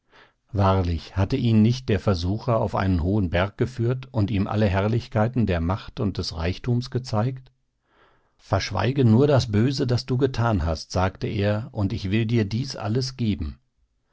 wahrlich hatte ihn nicht der versucher auf einen hohen berg geführt und ihm alle herrlichkeit der macht und des reichtums gezeigt verschweige nur das böse das du getan hast sagte er und ich will dir dies alles geben